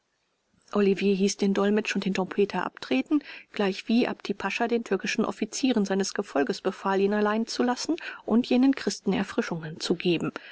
olivier hieß den dolmetsch und den trompeter abtreten gleichwie apti pascha den türkischen offizieren seines gefolges befahl ihn allein zu lassen und jenen christen erfrischungen zu geben